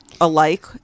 alike